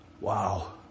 Wow